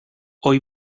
hoy